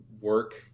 work